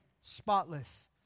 spotless